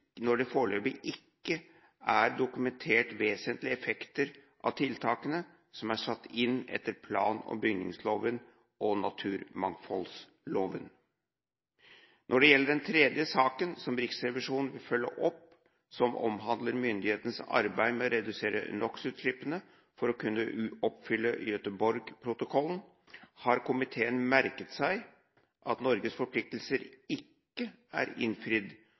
er dokumentert vesentlige effekter av tiltakene som er satt inn etter plan- og bygningsloven og naturmangfoldloven. Når det gjelder den tredje saken som Riksrevisjonen følger opp, som omhandler myndighetenes arbeid med å redusere NOx-utslippene for å kunne oppfylle Göteborgprotokollen, har komiteen merket seg at Norges forpliktelser ikke er innfridd,